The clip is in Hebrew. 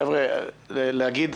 חבר'ה, להגיד: